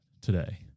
today